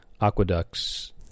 Aqueducts